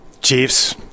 Chiefs